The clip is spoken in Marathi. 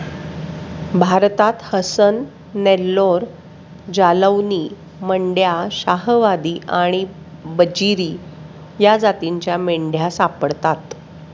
भारतात हसन, नेल्लोर, जालौनी, मंड्या, शाहवादी आणि बजीरी या जातींच्या मेंढ्या सापडतात